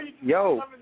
Yo